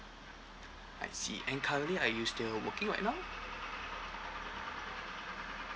I see and currently are you still working or